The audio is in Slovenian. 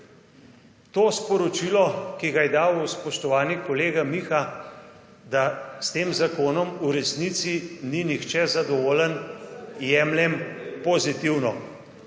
To sporočilo, ki ga je dal spoštovani kolega Miha, da s tem zakonom v resnici ni nihče zadovoljen, jemljem pozitivno.